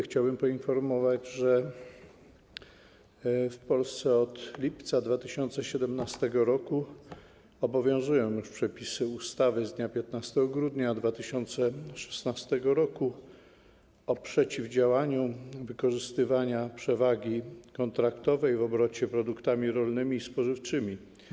Chciałbym poinformować, że w Polsce od lipca 2017 r. obowiązują już przepisy ustawy z dnia 15 grudnia 2016 r. o przeciwdziałaniu nieuczciwemu wykorzystywaniu przewagi kontraktowej w obrocie produktami rolnymi i spożywczymi.